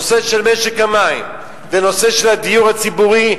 הנושא של משק המים והנושא של הדיור הציבורי,